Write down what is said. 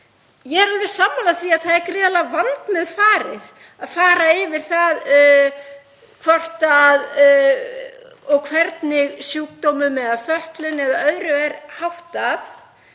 Ég er alveg sammála því að það er gríðarlega vandmeðfarið að fara yfir það hvernig sjúkdómum eða fötlun eða öðru er háttað.